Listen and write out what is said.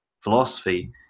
philosophy